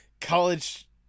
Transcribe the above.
college